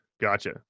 Gotcha